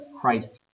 Christ